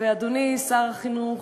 אדוני שר החינוך,